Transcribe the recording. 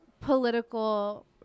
political